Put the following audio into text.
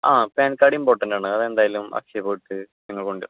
ആ PAN card important ആണ് അത് എന്തായാലും അക്ഷയയിൽ പോയിട്ട് നിങ്ങൾ കൊണ്ടുവരണം